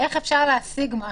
איך אפשר להשיג משהו.